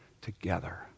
together